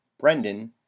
brendan